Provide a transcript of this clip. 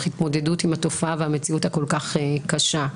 התמודדות עם התופעה והמציאות הכול כך קשה.